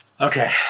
Okay